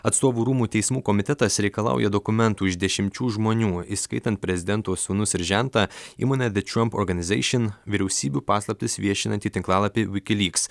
atstovų rūmų teismų komitetas reikalauja dokumentų iš dešimčių žmonių įskaitant prezidento sūnus ir žentą įmonę de trump organizeision vyriausybių paslaptis viešinantį tinklalapį vikilyks